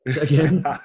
again